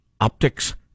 optics